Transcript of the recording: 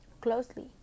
closely